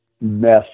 mess